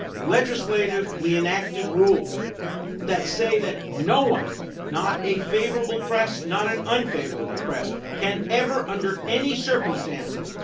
legislatively enacted rules that say that no one not a favorable press, not an unfavorable press can ever, under any circumstances,